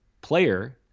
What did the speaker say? player –